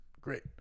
great